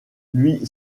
lui